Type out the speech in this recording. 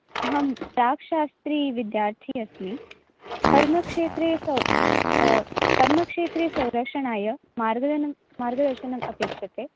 अहं प्राक् शास्त्री विद्यार्थी अस्मि कर्मक्षेत्रे स कर्मक्षेत्रे संरक्षणाय मार्गदर्शनं अपेक्षते